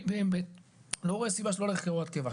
אני באמת לא רואה סיבה שלא ללכת להוראת קבע.